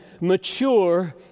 mature